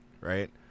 right